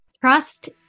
Trust